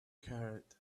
carried